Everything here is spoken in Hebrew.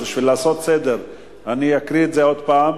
בשביל לעשות סדר אני אקריא את זה עוד פעם: